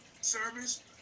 service